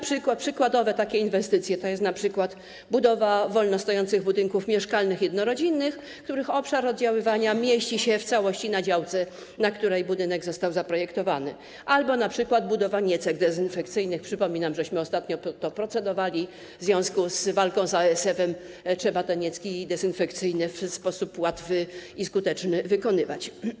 Przykładowe takie inwestycje to budowa wolno stojących budynków mieszkalnych jednorodzinnych, których obszar oddziaływania mieści się w całości na działce, na której budynek został zaprojektowany, albo budowanie niecek dezynfekcyjnych - przypominam, żeśmy ostatnio to procedowali w związku z walką z ASF; trzeba te niecki dezynfekcyjne w sposób łatwy i skuteczny wykonywać.